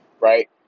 right